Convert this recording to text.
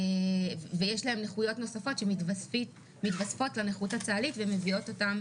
ויש להם נכויות נוספות שמיתוספות לנכות הצה"לית ומביאות אותם